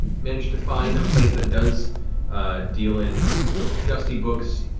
manage to find a place that does deal in dusty books,